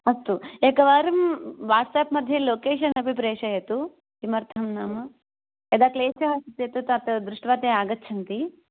अस्तु एकवारं वाट्सेप् मध्ये लोकेशन् अपि प्रेषयतु किमर्थं नाम यदा क्लेशः अस्ति चेत् तत् ते दृष्टा ते आगच्छन्ति